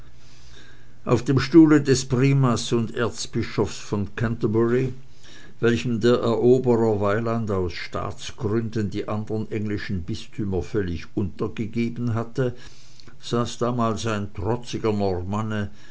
auf dem stuhle des primas und erzbischofs von canterbury welchem der eroberer weiland aus staatsgründen die anderen englischen bistümer völlig untergegeben hatte saß damals ein trotziger